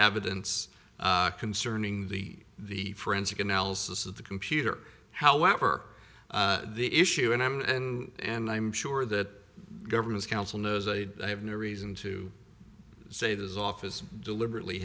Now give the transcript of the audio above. evidence concerning the the forensic analysis of the computer however the issue and i'm and i'm sure that the government's counsel knows i have no reason to say this office deliberately